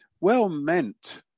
well-meant